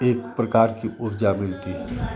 एक प्रकार की ऊर्ज़ा मिलती है